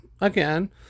again